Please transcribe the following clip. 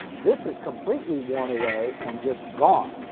this is completely worn away and just gone.